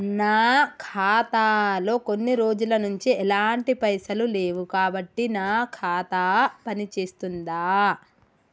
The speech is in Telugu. నా ఖాతా లో కొన్ని రోజుల నుంచి ఎలాంటి పైసలు లేవు కాబట్టి నా ఖాతా పని చేస్తుందా?